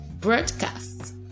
broadcast